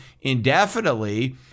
indefinitely